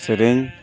ᱥᱮᱨᱮᱧ